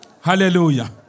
Hallelujah